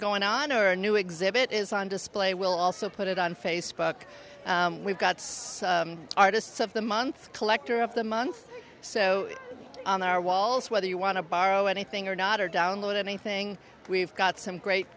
going on or a new exhibit is on display we'll also put it on facebook we've got artists of the month collector of the month so on our walls whether you want to borrow anything or not or download anything we've got some great